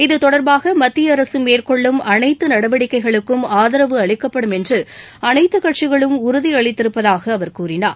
இதுதொடர்பாக மத்திய அரசு மேற்கொள்ளும் அனைத்து நடவடிக்கைகளுக்கும் ஆதரவு அளிக்கப்படும் என்று அனைத்துக் கட்சிகளும் உறுதி அளித்திருப்பதாக அவர் கூறினார்